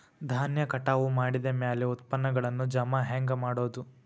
ಧಾನ್ಯ ಕಟಾವು ಮಾಡಿದ ಮ್ಯಾಲೆ ಉತ್ಪನ್ನಗಳನ್ನು ಜಮಾ ಹೆಂಗ ಮಾಡೋದು?